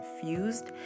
confused